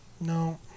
No